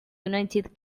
united